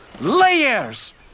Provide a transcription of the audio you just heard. Layers